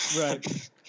Right